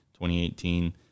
2018